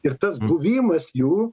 ir tas buvimas jų